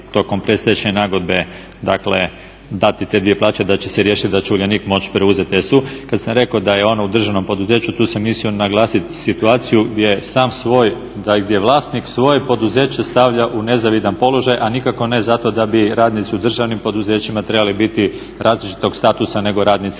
dakle dati te dvije plaće, da će se riješiti da će Uljanik moći preuzeti …/Govornik se ne razumije./…. Kada sam rekao da je on u državnom poduzeću tu sam mislio naglasiti situaciju gdje je sam svoj, gdje vlasnik svoje poduzeće stavlja u nezavidan položaj a nikako ne zato da bi radnici u državnim poduzećima trebali biti različitog statusa nego radnici